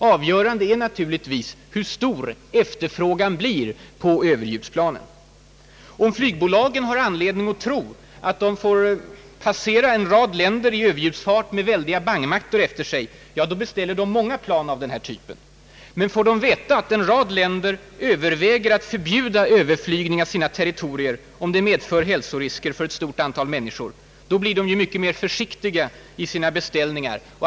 Avgörande är naturligtvis hur stor efterfrågan blir på överljudsplanen. Om flygbolagen har anledning tro att deras plan får passera en rad länder i överljudsfart med väldiga bangmattor efter sig, beställer de många plan av den här typen. Får de däremot veta att en rad länder överväger att förbjuda överflygning av sina territorier, om det medför hälsorisker för ett stort antal människor, blir de ju mycket mera försiktiga med att göra beställningar.